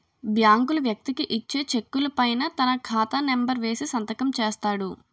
బ్యాంకులు వ్యక్తికి ఇచ్చే చెక్కుల పైన తన ఖాతా నెంబర్ వేసి సంతకం చేస్తాడు